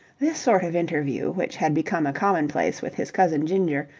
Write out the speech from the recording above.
this sort of interview, which had become a commonplace with his cousin ginger,